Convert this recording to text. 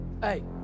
Hey